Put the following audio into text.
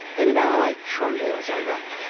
and now i tremble as i write.